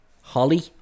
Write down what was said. Holly